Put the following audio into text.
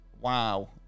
wow